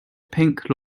pink